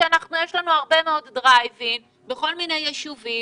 כשיש לנו הרבה מאוד דרייב-אינים בכל מיני יישובים,